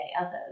others